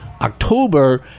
October